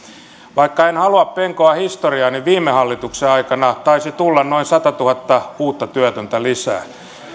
vaikka en halua penkoa historiaa niin viime hallituksen aikana taisi tulla noin satatuhatta uutta työtöntä lisää